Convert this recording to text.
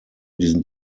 diesen